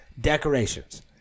decorations